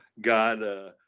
God